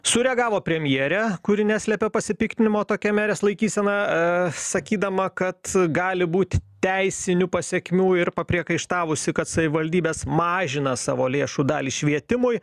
sureagavo premjerė kuri neslepia pasipiktinimo tokia merės laikysena sakydama kad gali būt teisinių pasekmių ir papriekaištavusi kad savivaldybės mažina savo lėšų dalį švietimui